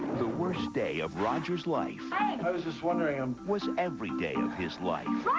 the worst day of roger's life. hi! i was just wondering, um. was every day of his life,